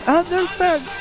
understand